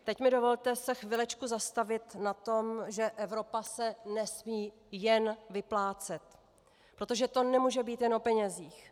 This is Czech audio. Teď mi dovolte se chvilečku zastavit na tom, že Evropa se nesmí jen vyplácet, protože to nemůže být jen o penězích.